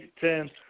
Ten